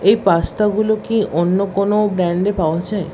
এই পাস্তাগুলো কি অন্য কোনও ব্র্যান্ডে পাওয়া যায়